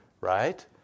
Right